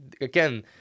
again